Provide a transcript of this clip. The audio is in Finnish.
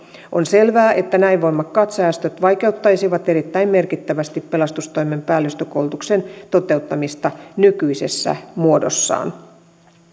on selvää että näin voimakkaat säästöt vaikeuttaisivat erittäin merkittävästi pelastustoimen päällystökoulutuksen toteuttamista nykyisessä muodossaan